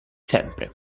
sempre